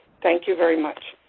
thank you very much.